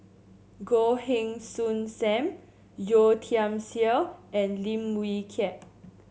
Goh Heng Soon Sam Yeo Tiam Siew and Lim Wee Kiak